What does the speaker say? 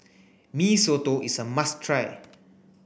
Mee Soto is a must try